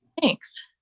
Thanks